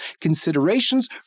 Considerations